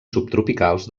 subtropicals